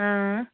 हां